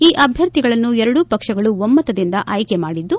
ಈ ಅಭ್ಯರ್ಥಿಗಳನ್ನು ಎರಡೂ ಪಕ್ಷಗಳು ಒಮ್ನತದಿಂದ ಆಯ್ಲಿ ಮಾಡಿದ್ದು